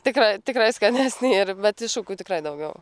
tikrai tikrai skanesnė ir bet iššūkių tikrai daugiau